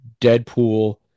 Deadpool